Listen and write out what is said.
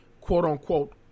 quote-unquote